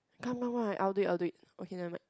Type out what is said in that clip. come what what I'll do it I'll do it okay never mind